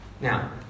Now